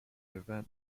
event